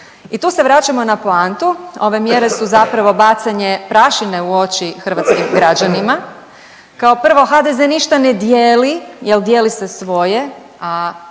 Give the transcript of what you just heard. i tu se vraćamo na poantu, ove mjere su zapravo bacanje prašine u oči hrvatskim građanima. Kao prvo HDZ ništa ne dijeli jel dijeli se svoje,